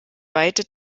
weite